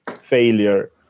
failure